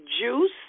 juice